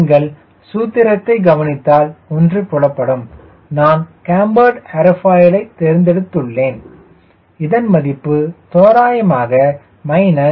நீங்கள் சூத்திரத்தை கவனித்தால் ஒன்று புலப்படும் நான் கேம்பர்டு ஏரோஃபைலை தேர்ந்தெடுத்துள்ளேன் இதன் மதிப்பு தோராயமாக 0